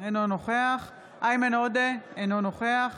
אינו נוכח איימן עודה, אינו נוכח